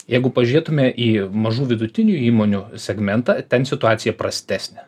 jeigu pažiūrėtume į mažų vidutinių įmonių segmentą ten situacija prastesnė